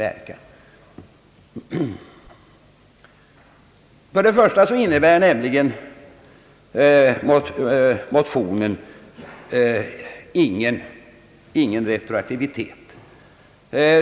För det första innebär nämligen motionen ingen retroaktivitet.